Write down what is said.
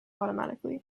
automatically